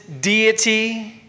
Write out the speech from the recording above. deity